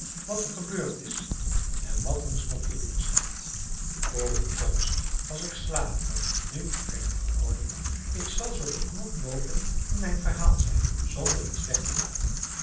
wat er gebeurd is en wat ons nog te doen staat voor uw komst was ik slaperig nu ben ik volkomen wakker ik zal zoo beknopt mogelijk in mijn verhaal zijn zonder iets weg te laten